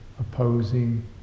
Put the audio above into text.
opposing